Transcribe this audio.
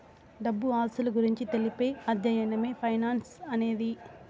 డబ్బు ఆస్తుల గురించి తెలిపే అధ్యయనమే ఫైనాన్స్ అనేది